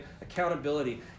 accountability